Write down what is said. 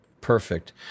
Perfect